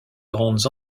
grandes